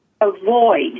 avoid